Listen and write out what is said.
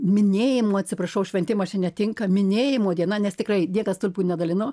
minėjimo atsiprašau šventimas čia netinka minėjimo diena nes tikrai niekas turbūt nedalino